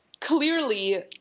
clearly